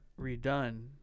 redone